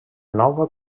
nova